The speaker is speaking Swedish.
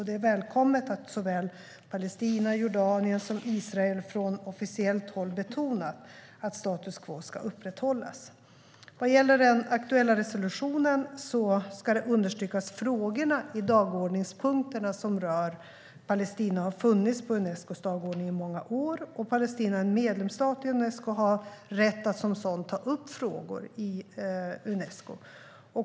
Det är välkommet att såväl Palestina och Jordanien som Israel från officiellt håll betonar att status quo ska upprätthållas. Vad gäller den aktuella resolutionen ska det understrykas att frågorna i dagordningspunkterna som rör Palestina har funnits på Unescos dagordning i många år. Palestina, en medlemsstat i Unesco, har rätt att som sådan ta upp frågor i Unesco.